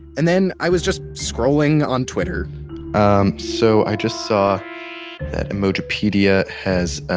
and then, i was just scrolling on twitter um so i just saw that emojipedia has